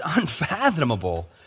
unfathomable